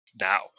now